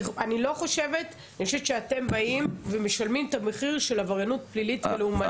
אני חושבת שאתם באים ומשלמים את המחיר של עבריינות פלילית ולאומנית.